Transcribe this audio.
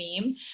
meme